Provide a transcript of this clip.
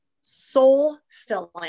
soul-filling